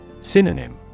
Synonym